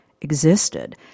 existed